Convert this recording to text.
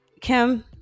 kim